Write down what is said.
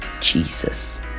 Jesus